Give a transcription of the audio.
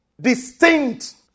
distinct